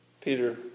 Peter